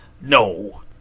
No